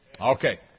Okay